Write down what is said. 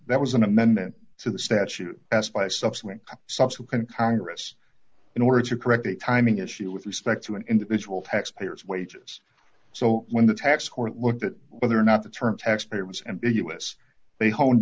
that was an amendment to the statute passed by subsequent subsequent congress in order to correct a timing issue with respect to an individual taxpayers wages so when the tax court looked at whether or not the term taxpayer was ambiguous